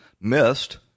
missed